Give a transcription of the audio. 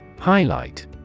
Highlight